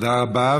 תודה רבה,